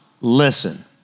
listen